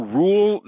rule